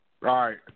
right